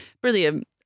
brilliant